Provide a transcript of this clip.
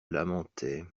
lamentait